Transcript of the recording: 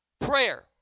prayer